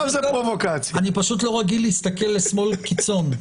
אני פשוט לא רגיל להסתכל לשמאל קיצון.